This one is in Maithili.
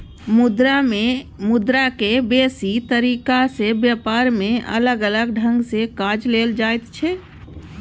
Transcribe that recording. मुद्रा के बेसी तरीका से ब्यापार में अलग अलग ढंग से काज लेल जाइत छै